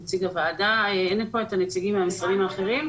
הנציגים מהמשרדים האחרים?